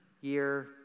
Year